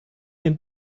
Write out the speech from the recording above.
den